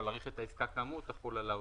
להאריך את העסקה כאמור תחול על העוסק.